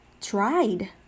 Tried